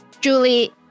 Julie